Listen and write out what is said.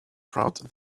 proud